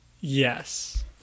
Yes